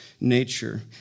nature